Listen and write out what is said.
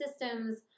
systems